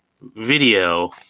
video